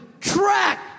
track